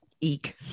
eek